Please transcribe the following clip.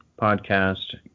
podcast